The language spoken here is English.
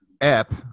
app